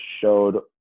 showed